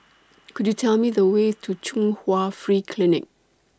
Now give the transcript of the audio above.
Could YOU Tell Me The Way to Chung Hwa Free Clinic